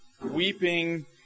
weeping